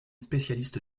spécialiste